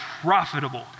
profitable